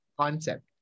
concept